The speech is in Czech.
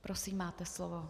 Prosím máte slovo.